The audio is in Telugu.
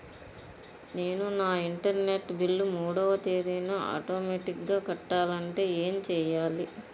నేను నా ఇంటర్నెట్ బిల్ మూడవ తేదీన ఆటోమేటిగ్గా కట్టాలంటే ఏం చేయాలి?